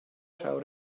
schau